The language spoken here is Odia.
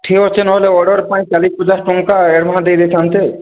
ଠିକ ଅଛି ନହେଲେ ଅର୍ଡର ପାଇଁ ଚାଳିଶ ପଚାଶ ଟଙ୍କା ଆଡ଼ଭାନ୍ସ ଦେଇ ଦେଇଥାନ୍ତେ